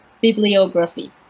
bibliography